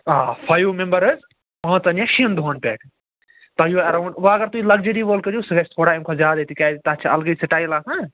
آ five member حظ پٲنٛژن یا شٮ۪ن دۄہن پٮ۪ٹھ تۄہہِ یِیِو اَیراوُنٛڈ وۅنۍ گر تُہۍ لگجٔری وول کٔرِو سُہ گَژھِ تھوڑا اَمہِ کھۄتہٕ زیادے تِکیٛازِ تَتھ چھِ الگٕے سِٹایل آسان